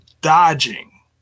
dodging